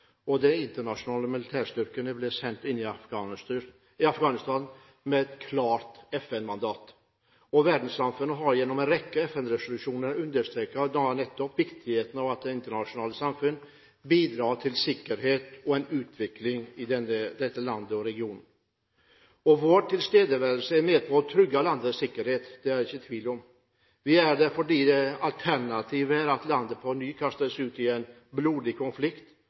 internasjonale militærstyrkene ble sendt inn i Afghanistan med et klart FN-mandat. Verdenssamfunnet har gjennom en rekke FN-resolusjoner understreket viktigheten av at det internasjonale samfunn bidrar til sikkerhet og utvikling i dette landet og i regionen. Vår tilstedeværelse er med på å trygge landets sikkerhet – det er det ikke tvil om. Vi er der fordi alternativet er at landet på ny kastes ut i en blodig konflikt